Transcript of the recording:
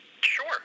Sure